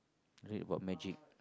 I read about magic